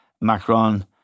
Macron